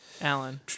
Alan